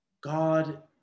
God